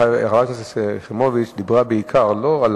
חברת הכנסת יחימוביץ דיברה בעיקר לא על